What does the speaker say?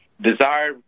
desire